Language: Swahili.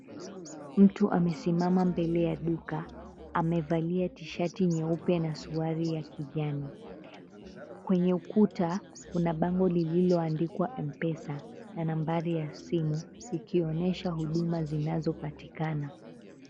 Mtu amesimama mbele ya duka amevalia t-shati nyeupe na suruali ya kijani, kwenye ukuta kuna bango lililoandikwa Mpesa na nambari ya simu ikionyesha huduma zinazopatikana.